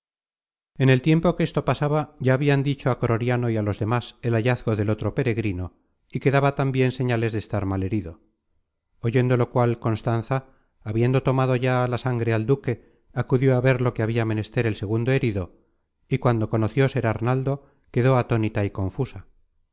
en el tiempo que esto pasaba ya habian dicho á croriano y á los demas el hallazgo del otro peregrino y que daba tambien señales de estar mal herido oyendo lo cual constanza habiendo tomado ya la sangre al duque acudió á ver lo que habia menester el segundo herido y cuando conoció ser arnaldo quedó atónita y confusa